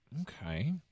Okay